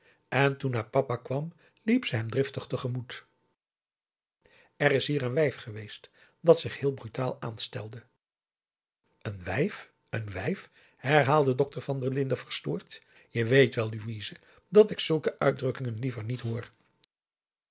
en toen haar papa kwam liep ze hem driftig te gemoet er is hier een wijf geweest dat zich heel brutaal aanstelde een wijf een wijf herhaalde dokter van der linden verstoord je weet wel louise dat ik zulke uitdrukkingen liever niet hoor